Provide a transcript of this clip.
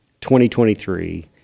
2023